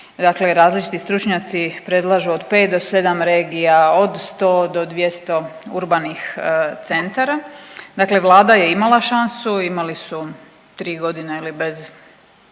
dakle različiti stručnjaci predlažu od pet do sedam regija, od 100 do 200 urbanih centara, dakle Vlada je imala šansu, imali su 3.g. je li bez